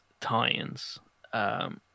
tie-ins